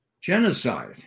genocide